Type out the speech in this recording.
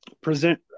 Present